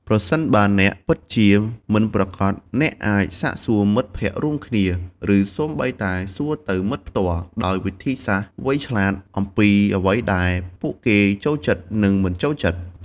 ប្រសិនបើអ្នកពិតជាមិនប្រាកដ អ្នកអាចសាកសួរមិត្តភក្តិរួមគ្នា ឬសូម្បីតែសួរទៅមិត្តផ្ទាល់ ដោយវិធីសាស្រ្តវៃឆ្លាត អំពីអ្វីដែលពួកគេចូលចិត្ត និងមិនចូលចិត្ត។